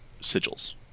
sigils